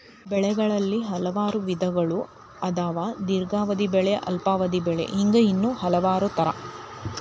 ಬೆಳೆಗಳಲ್ಲಿ ಹಲವಾರು ವಿಧಗಳು ಅದಾವ ದೇರ್ಘಾವಧಿ ಬೆಳೆ ಅಲ್ಪಾವಧಿ ಬೆಳೆ ಹಿಂಗ ಇನ್ನೂ ಹಲವಾರ ತರಾ